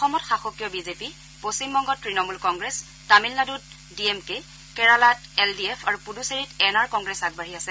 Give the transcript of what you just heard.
অসমত শাসকীয় বিজেপি পশ্চিমবংগত তৃণমূল কংগ্ৰেছ তামিলনাডুত ডি এম কে কেৰালাত এল ডি এফ আৰু পুডুচেৰীত এন আৰ কংগ্ৰেছ আগবাঢ়ি আছে